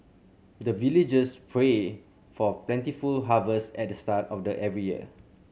the villagers pray for plentiful harvest at the start of every year